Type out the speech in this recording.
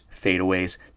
fadeaways